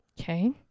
Okay